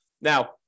Now